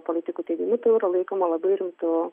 politikų teigimu tai jau yra laikoma labai rimtu